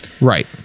Right